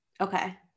Okay